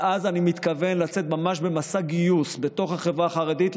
ואז אני מתכוון לצאת ממש במסע גיוס בתוך החברה החרדית,